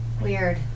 Weird